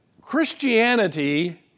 Christianity